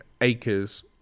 acres